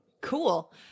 Cool